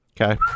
okay